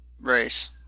race